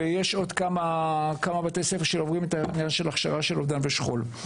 ויש עוד כמה בתי ספר שמעבירים הכשרה של אובדן ושכול.